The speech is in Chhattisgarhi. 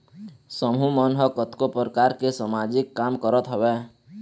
समूह मन ह कतको परकार के समाजिक काम करत हवय